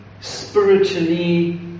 spiritually